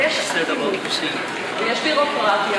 אבל יש אטימות ויש ביורוקרטיה,